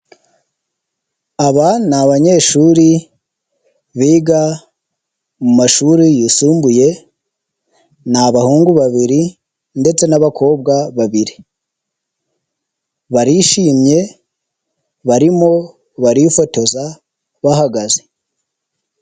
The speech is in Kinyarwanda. Aba ni abanyeshuri biga mu mumashuri yisumbuye, ni abahungu babiri ndetse n'abakobwa babiri, barishimye, barimo barifotoza, bahagaze.